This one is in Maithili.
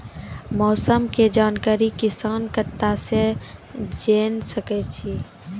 मौसम के जानकारी किसान कता सं जेन सके छै?